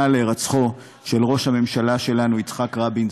להירצחו של ראש הממשלה שלנו יצחק רבין,